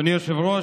אדוני היושב-ראש,